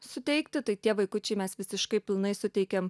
suteikti tai tie vaikučiai mes visiškai pilnai suteikiam